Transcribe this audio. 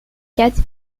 quatre